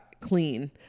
clean